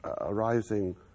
arising